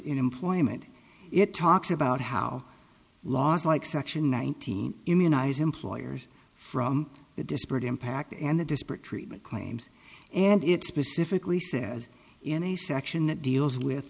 in employment it talks about how laws like section nineteen immunize employers from the disparate impact and the disparate treatment claims and it specifically says in a section that deals with